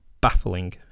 baffling